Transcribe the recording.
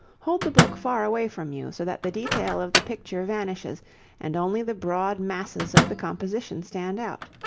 hold the book far away from you, so that the detail of the picture vanishes and only the broad masses of the composition stand out.